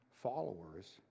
followers